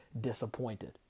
disappointed